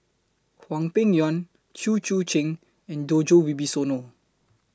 Hwang Peng Yuan Chew Choo and Djoko Wibisono